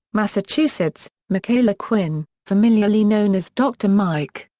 massachusetts, michaela quinn, familiarly known as dr. mike.